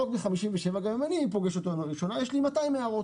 אם אני פוגש לראשונה חוק מ-57' אז גם לי יש 200 הערות.